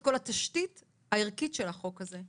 את כל התשתית הערכית של החוק הזה.